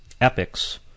epics